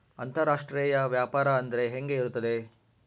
ಅಂತರಾಷ್ಟ್ರೇಯ ವ್ಯಾಪಾರ ಅಂದರೆ ಹೆಂಗೆ ಇರುತ್ತದೆ?